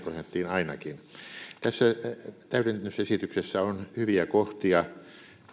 ainakin tässä täydennysesityksessä on hyviä kohtia